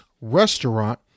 restaurant